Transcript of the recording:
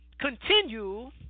Continue